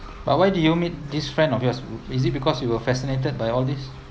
but why did you meet this friend of yours is it because you were fascinated by all this